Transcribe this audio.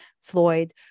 Floyd